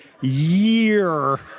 year